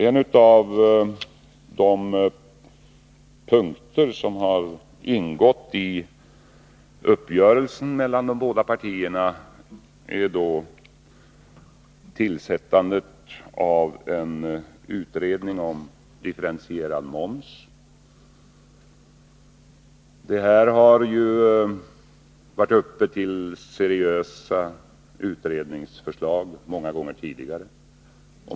En av de punkter som ingår i uppgörelsen mellan de båda partierna är tillsättandet av en utredning om differentierad moms. Differentierad moms har varit uppe till seriösa utredningsförslag många gånger tidigare.